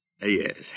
Yes